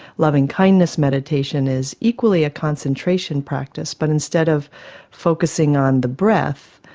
loving-kindness meditation is equally a concentration practice but instead of focusing on the breath,